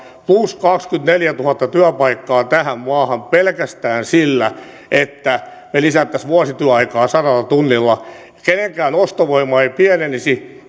plus kaksikymmentäneljätuhatta työpaikkaa tähän maahan pelkästään sillä että me lisäisimme vuosityöaikaa sadalla tunnilla kenenkään ostovoima ei pienenisi